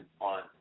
on